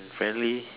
and friendly